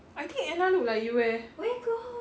I think anna look like you eh